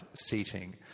seating